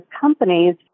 companies